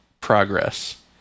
progress